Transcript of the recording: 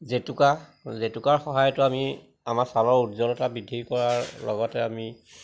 জেতুকা জেতুকাৰ সহায়তো আমি আমাৰ ছালৰ উজ্জ্বলতা বৃদ্ধি কৰাৰ লগতে আমি